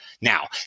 Now